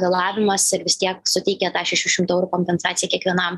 vėlavimas ir vis tiek suteikė tą šešių šimtų eurų kompensaciją kiekvienam